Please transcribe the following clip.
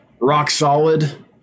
rock-solid